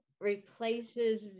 replaces